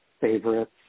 favorites